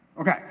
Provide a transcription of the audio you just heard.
Okay